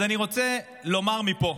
אז אני רוצה לומר מפה: